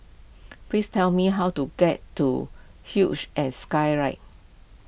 please tell me how to get to huge and Skyride